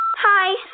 Hi